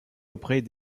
auprès